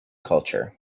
culture